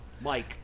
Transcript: Mike